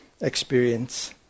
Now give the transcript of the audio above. experience